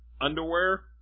underwear